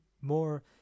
more